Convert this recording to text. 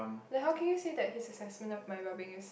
like how can you say that his assessment of my welbeing is